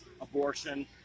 abortion